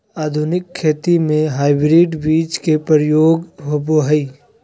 आधुनिक खेती में हाइब्रिड बीज के प्रयोग होबो हइ